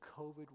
COVID